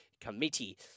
committee